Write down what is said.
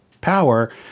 power